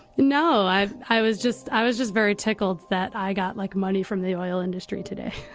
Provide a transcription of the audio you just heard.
no. i i was just i was just very tickled that i got like money from the oil industry today